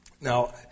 Now